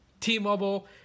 T-Mobile